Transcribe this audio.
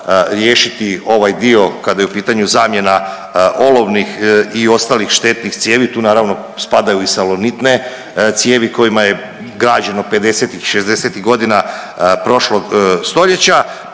riješiti ovaj dio kada je u pitanju zamjena olovnih i ostalih štetnih cijevi. Tu naravno spadaju i salonitne cijevi kojima je građeno pedesetih i šezdesetih godina prošlog stoljeća.